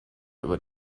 über